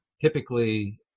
Typically